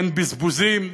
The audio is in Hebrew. אין בזבוזים".